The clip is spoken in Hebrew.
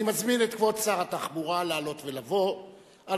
אני מזמין את כבוד שר התחבורה לעלות ולבוא על